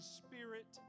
spirit